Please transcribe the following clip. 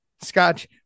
scotch